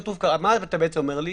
אתה בעצם אומר לי?